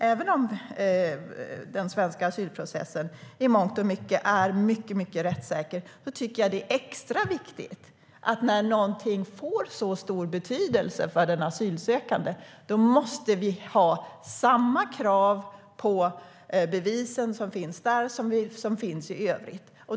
Även om den svenska asylprocessen i mångt och mycket är rättssäker är det extra viktigt att ha samma krav på bevisen som i övrigt, när det har så stor betydelse för den asylsökande.